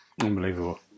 Unbelievable